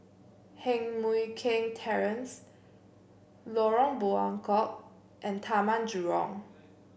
Heng Mui Keng Terrace Lorong Buangkok and Taman Jurong